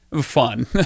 fun